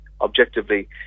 objectively